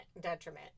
detriment